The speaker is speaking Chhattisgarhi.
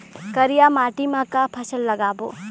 करिया माटी म का फसल लगाबो?